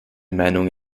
meinung